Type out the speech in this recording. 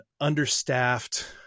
understaffed